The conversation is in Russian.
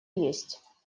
есть